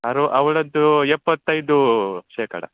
ಅರು ಅವಳದ್ದು ಎಪ್ಪತ್ತೈದೂ ಶೇಖಡ